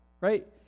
Right